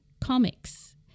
Comics